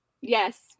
yes